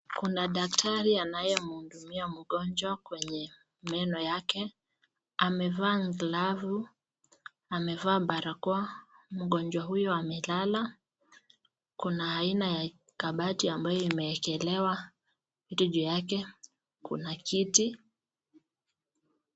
Kuna daktari anayemhudumia mgonjwa kwenye meno yake, amevaa glavu, amevaa barakoa, mgonjwa huyo amelala, kuna aina ya kabati ambayo imewekelewa vitu juu yake, kuna kiti.